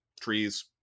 trees